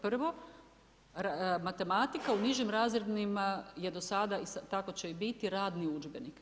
Prvo, matematika u nižim razrednima je do sada i tako će biti radni udžbenik.